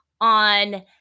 on